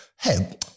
Hey